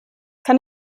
kann